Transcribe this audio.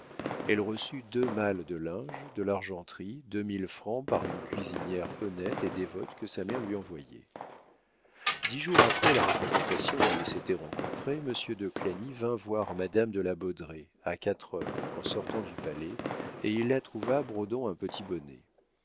elle reçut deux malles de linge de l'argenterie deux mille francs par une cuisinière honnête et dévote que sa mère lui envoyait dix jours après la représentation où ils s'étaient rencontrés monsieur de clagny vint voir madame de la baudraye à quatre heures en sortant du palais et il la trouva brodant un petit bonnet